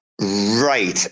Right